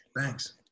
Thanks